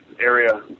area